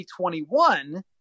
2021